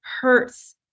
hurts